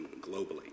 globally